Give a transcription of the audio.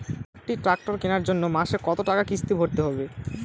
একটি ট্র্যাক্টর কেনার জন্য মাসে কত টাকা কিস্তি ভরতে হবে?